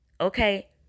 Okay